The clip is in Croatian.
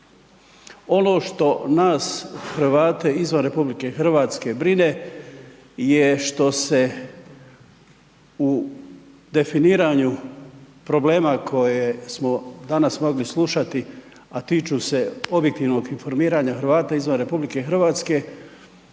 Ono što nas Hrvate izvan RH brine je što se definiranju problema koje smo danas mogli slušati, a tiču se objektivnog informiranja Hrvata izvan RH ne želim kazati